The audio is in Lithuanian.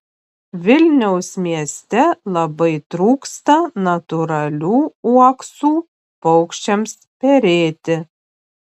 vilniaus mieste labai trūksta natūralių uoksų paukščiams perėti